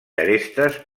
arestes